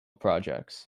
projects